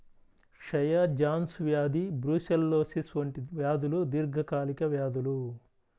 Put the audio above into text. క్షయ, జాన్స్ వ్యాధి బ్రూసెల్లోసిస్ వంటి వ్యాధులు దీర్ఘకాలిక వ్యాధులు